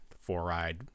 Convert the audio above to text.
four-eyed